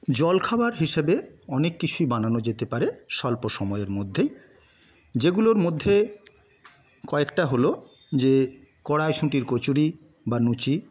জলখাবার হিসেবে অনেক কিছুই বানানো যেতে পারে স্বল্প সময়ের মধ্যে যেগুলোর মধ্যে কয়েকটা হলো যে কড়াইশুঁটির কচুরি বা লুচি